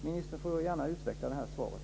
Ministern får gärna utveckla svaret.